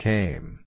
Came